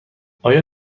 آیا